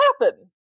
happen